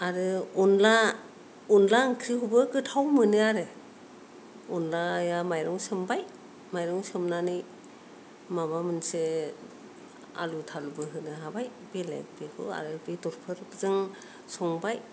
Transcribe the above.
आरो अनला अनला ओंख्रिखौबो गोथाव मोनो आरो अनलाया माइरं सोमबाय माइरं सोमनानै माबा मोनसे आलु थालुफोर होनो हाबाय बेलेग बेखौ आरो बेदरफोरजों संबाय